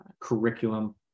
curriculum